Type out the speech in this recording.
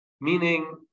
meaning